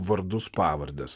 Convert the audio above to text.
vardus pavardes